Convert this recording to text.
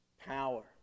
Power